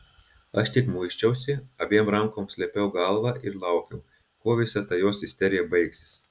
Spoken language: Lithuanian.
aš tik muisčiausi abiem rankom slėpiau galvą ir laukiau kuo visa ta jos isterija baigsis